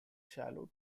shallow